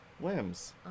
limbs